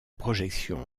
projections